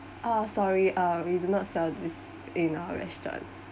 ah sorry ah we do not sell this in our restaurant